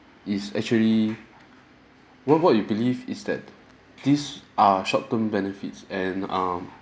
is actually what what you believe is that these are short term benefits and um